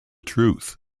truth